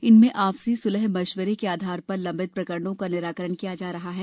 इनमें आपसी स्लह मशविरे के आधार पर लम्बित प्रकरणों का निराकरण किया जा रहा है